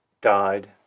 died